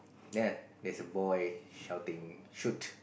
there there's a boy shouting shoot